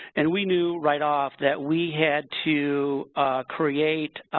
and we knew right off that we had to create